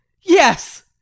Yes